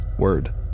word